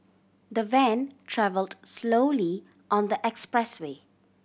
the van travelled slowly on the expressway